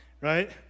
right